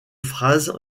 phrase